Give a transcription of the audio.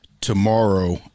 tomorrow